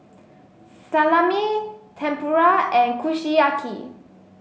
Salami Tempura and Kushiyaki